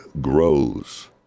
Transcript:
grows